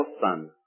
son